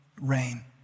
rain